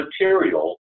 material